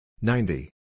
ninety